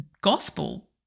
gospel